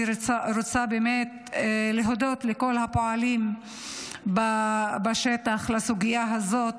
אני רוצה להודות לכל הפועלים בשטח בסוגיה הזאת,